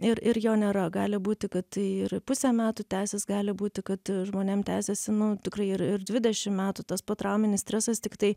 ir ir jo nėra gali būti kad tai ir pusę metų tęsis gali būti kad žmonėm tęsiasi nu tikrai ir ir dvidešim metų tas potrauminis stresas tiktai